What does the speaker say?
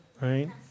right